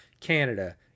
canada